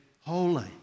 holy